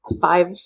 five